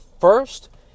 first